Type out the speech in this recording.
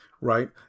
Right